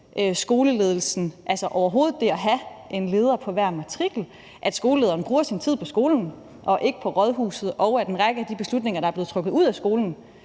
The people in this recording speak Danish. skoleledelsen, altså i forhold til overhovedet at have en leder på hver matrikel, at skolelederen bruger sin tid på skolen og ikke på rådhuset, og at en række af de beslutninger, der er blevet trukket ud af skolen